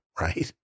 right